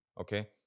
Okay